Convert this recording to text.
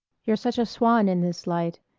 you're such a swan in this light,